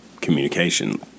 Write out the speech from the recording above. communication